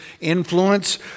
influence